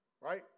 Right